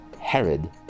Herod